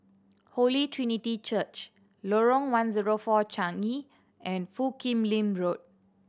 Holy Trinity Church Lorong One Zero Four Changi and Foo Kim Lin Road